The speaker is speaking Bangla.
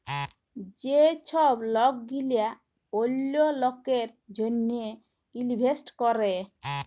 যে ছব লক গিলা অল্য লকের জ্যনহে ইলভেস্ট ক্যরে